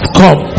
come